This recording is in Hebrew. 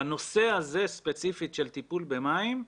בנושא הזה ספציפית של טיפול במים,